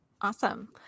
Awesome